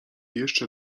jeszcze